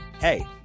hey